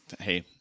Hey